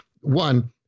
one